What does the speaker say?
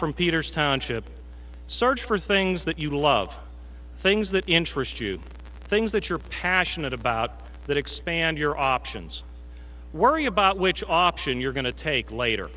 from peter's township search for things that you love things that interest you things that you're passionate about that expand your options worry about which option you're going to take later